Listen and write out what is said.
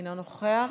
אינו נוכח.